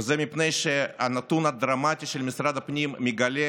וזה מפני שהנתון הדרמטי של משרד הפנים מגלה